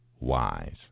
wise